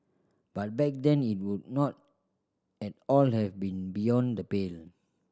but back then it would not at all have been beyond the pale